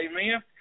Amen